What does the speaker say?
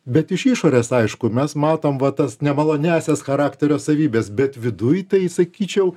bet iš išorės aišku mes matom va tas nemaloniąsias charakterio savybes bet viduj tai sakyčiau